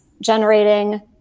generating